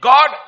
God